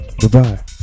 Goodbye